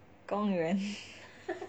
公园